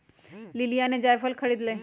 लिलीया ने जायफल खरीद लय